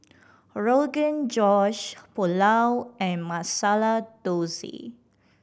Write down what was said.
Rogan Josh Pulao and Masala Dosa